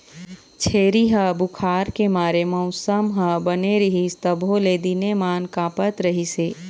छेरी ह बुखार के मारे मउसम ह बने रहिस तभो ले दिनेमान काँपत रिहिस हे